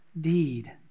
deed